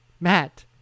Matt